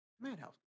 Madhouse